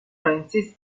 francis